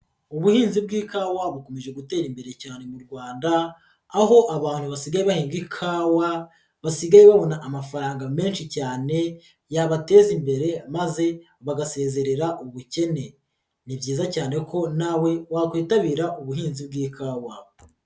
Ubuhinzi bw'ikawa bukomeje gutera imbere cyane mu Rwanda, aho abantu basigaye bahinga ikawa basigaye babona amafaranga menshi cyane yabateza imbere maze bagasezerera ubukene. Ni byiza cyane ko nawe wakwitabira ubuhinzi bw'ikawa.